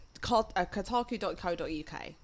Kotaku.co.uk